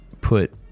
put